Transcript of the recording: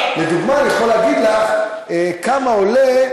אני יכול להגיד לך כמה עולה,